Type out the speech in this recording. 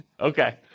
Okay